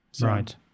Right